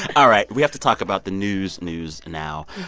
all right. we have to talk about the news-news now.